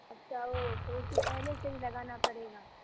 اچھا وہ تھوڑی سی پہلے سے ہی لگانا پڑے گا